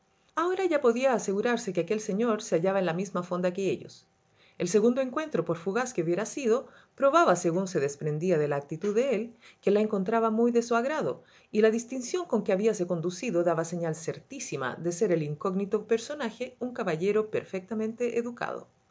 ahora ya podía asegurarse que aquel señor se hallaba en la misma fonda que ellos el segundo encuentro por fugaz que hubiera sido probaba según se desprendía de la actitud de él que la encontraba muy de su agrado y la distinción con que habíase conducido daba señal certísima de ser el incógnito personaje un caballero perfectamente educado